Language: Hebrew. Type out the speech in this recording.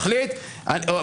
ומחליט -- תודה, תודה.